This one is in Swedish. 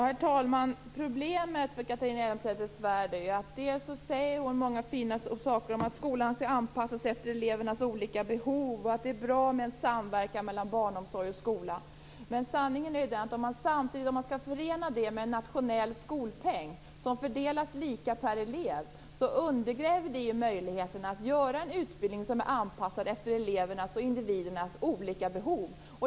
Herr talman! Problemet för Catharina Elmsäter Svärd är att hon säger många fina saker, som att skolan skall anpassa sig efter elevernas olika behov och att det är bra med samverkan mellan barnomsorg och skola. Men sanningen är den att om man skall förena det med en nationell skolpeng, som fördelas lika per elev, undergräver det ju möjligheten att ge en utbildning som är anpassad efter elevernas och individernas olika behov.